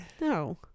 No